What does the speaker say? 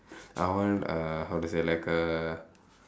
I want uh how to say like a